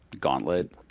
gauntlet